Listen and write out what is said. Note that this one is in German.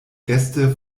gäste